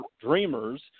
dreamers